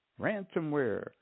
ransomware